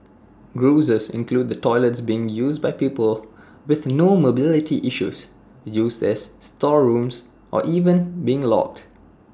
grouses include the toilets being used by people with no mobility issues used as storerooms or even being locked